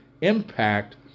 impact